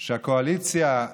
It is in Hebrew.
שהקואליציה,